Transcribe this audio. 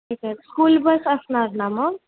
ठीक आहे school bus असणार ना मग